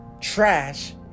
trash